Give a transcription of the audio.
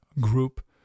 Group